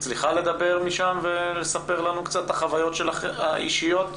את יכולה לדבר משם ולספר לנו קצת את החוויות האישיות שלך?